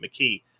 McKee